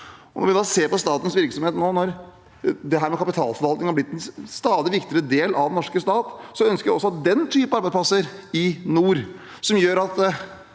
Når vi nå ser på statens virksomhet – og kapitalforvaltning har blitt en stadig viktigere del av den norske stat – ønsker vi også den type arbeidsplasser i nord. Det kan gjøre at